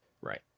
Right